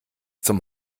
zum